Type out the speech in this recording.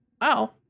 Wow